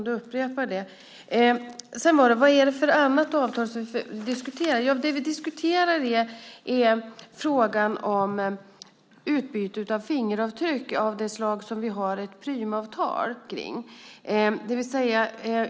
Jag fick också frågan vad det är för annat avtal som vi diskuterar. Det vi diskuterar är frågan om utbyte av fingeravtryck av det slag som vi har ett Prümavtal för.